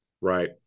Right